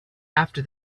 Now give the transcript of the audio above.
after